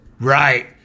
Right